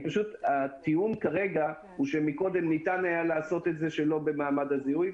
הטיעון שלי הוא שקודם ניתן היה לעשות את זה שלא במעמד הזיהוי,